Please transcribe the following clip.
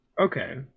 Okay